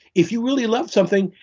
if you really love something,